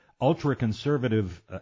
ultra-conservative